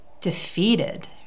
defeated